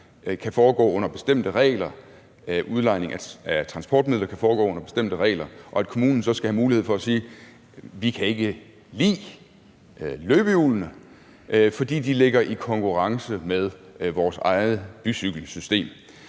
i forhold til at udlejning af transportmidler kan foregå under bestemte regler og at kommunen så skal have mulighed for at sige: Vi kan ikke lide løbehjulene, fordi de ligger i konkurrence med vores eget bycykelsystem.